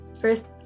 first